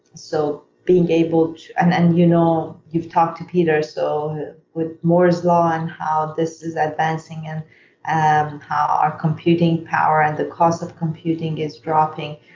so, being able to. and and you know you've talked to peter, so with moreslaw and how this is advancing and and how our computing power and the cost of computing is dropping.